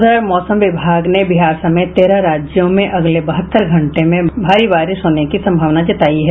उधर मौसम विभाग ने बिहार समेत तेरह राज्यों में अगले बहत्तर घंटों में भारी बारिश होने की संभावना जतायी है